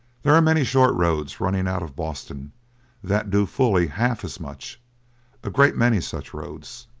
there are many short roads running out of boston that do fully half as much a great many such roads.